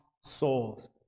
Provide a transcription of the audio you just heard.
souls